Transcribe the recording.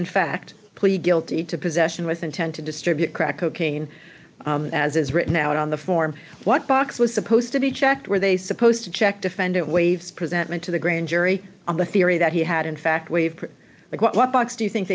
in fact plead guilty to possession with intent to distribute crack cocaine as it's written out on the form what box was supposed to be checked were they supposed to check defendant waives presentment to the grand jury on the theory that he had in fact waved a white box do you think